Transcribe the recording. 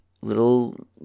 little